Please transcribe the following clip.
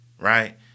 Right